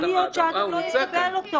יכול להיות שאדם לא יקבל אותו